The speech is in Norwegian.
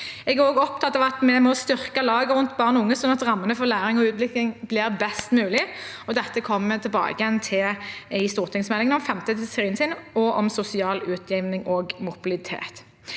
Jeg er også opptatt av at vi må styrke laget rundt barn og unge, sånn at rammene for læring og utvikling blir best mulig. Dette kommer vi tilbake til i stortingsmeldingen om 5.–10. trinn og om sosial utjevning og mobilitet.